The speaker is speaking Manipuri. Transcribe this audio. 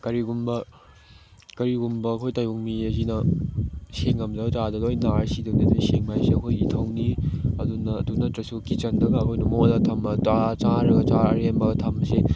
ꯀꯔꯤꯒꯨꯝꯕ ꯀꯔꯤꯒꯨꯝꯕ ꯑꯩꯈꯣꯏ ꯇꯥꯏꯕꯪ ꯃꯤ ꯑꯁꯤꯅ ꯁꯦꯡꯉꯝꯗ ꯇꯥꯔꯗꯤ ꯂꯣꯏ ꯅꯥꯔ ꯁꯤꯗꯣꯏꯅꯤ ꯑꯗꯨꯅ ꯁꯦꯡꯕ ꯍꯥꯏꯁꯤ ꯑꯩꯈꯣꯏ ꯏꯊꯧꯅꯤ ꯑꯗꯨ ꯅꯠꯇ꯭ꯔꯁꯨ ꯀꯤꯠꯆꯟꯗꯒ ꯑꯩꯈꯣꯏꯅ ꯃꯣꯠꯂ ꯊꯝꯕ ꯆꯥꯔꯒ ꯆꯥꯛ ꯑꯔꯦꯝꯕ ꯊꯝꯕꯁꯦ